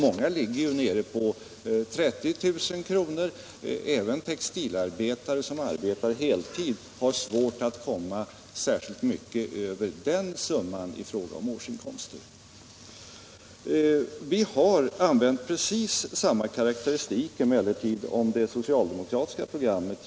Många ligger nere på en inkomst av 30 000 kr., även textilarbetare som arbetar heltid har svårt att komma särskilt mycket över den summan i årsinkomster. Vi har emellertid använt precis samma karakteristik om det socialdemokratiska programmet.